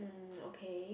um okay